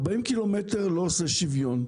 40 ק"מ לא עושה שוויון.